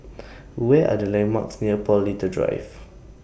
Where Are The landmarks near Paul Little Drive